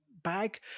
bag